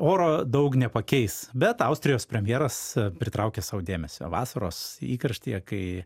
oro daug nepakeis bet austrijos premjeras pritraukė sau dėmesio vasaros įkarštyje kai